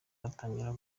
batangira